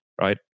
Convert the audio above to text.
right